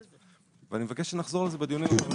אני מבקש שנחזור לזה בדיונים הבאים.